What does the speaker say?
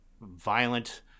violent